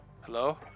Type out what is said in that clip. Hello